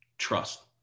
Trust